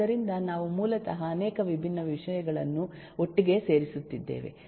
ಆದ್ದರಿಂದ ನಾವು ಮೂಲತಃ ಅನೇಕ ವಿಭಿನ್ನ ವಿಷಯಗಳನ್ನು ಒಟ್ಟಿಗೆ ಸೇರಿಸುತ್ತಿದ್ದೇವೆ